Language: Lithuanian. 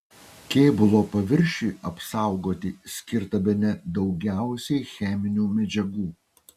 kėbulo paviršiui apsaugoti skirta bene daugiausiai cheminių medžiagų